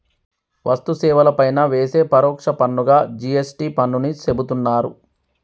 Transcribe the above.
వస్తు సేవల పైన వేసే పరోక్ష పన్నుగా జి.ఎస్.టి పన్నుని చెబుతున్నరు